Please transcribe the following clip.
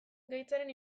gaitzaren